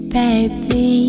baby